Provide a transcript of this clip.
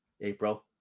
April